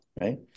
right